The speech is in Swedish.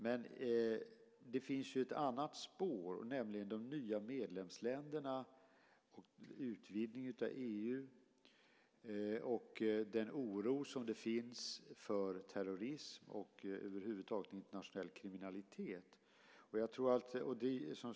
Men det finns ju ett annat spår också, nämligen de nya medlemsländerna, utvidgningen av EU och den oro som finns för terrorism och internationell kriminalitet över huvud taget.